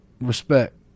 respect